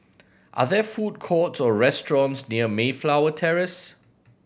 are there food courts or restaurants near Mayflower Terrace